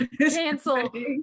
Cancel